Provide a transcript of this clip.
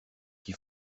qui